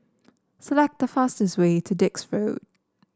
select the fastest way to Dix Road